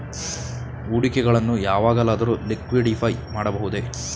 ಹೂಡಿಕೆಗಳನ್ನು ಯಾವಾಗಲಾದರೂ ಲಿಕ್ವಿಡಿಫೈ ಮಾಡಬಹುದೇ?